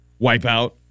Wipeout